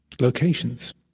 locations